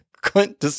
Clint